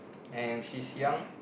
and she's young